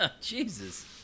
Jesus